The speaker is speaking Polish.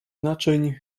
naczyń